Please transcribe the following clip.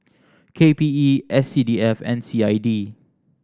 K P E S C D F and C I D